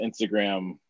instagram